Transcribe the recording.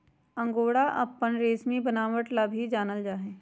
angora अपन रेशमी बनावट ला भी जानल जा हई